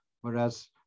whereas